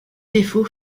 défaut